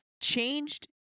changed